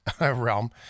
realm